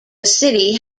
city